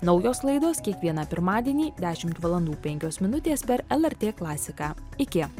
naujos laidos kiekvieną pirmadienį dešimt valandų penkios minutės per lrt klasiką iki